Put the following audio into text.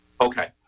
Okay